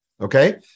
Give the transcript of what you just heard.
Okay